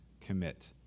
commit